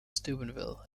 steubenville